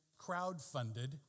crowdfunded